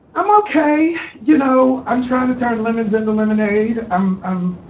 i'm ok. you know, i'm trying to turn lemons into lemonade. i'm i'm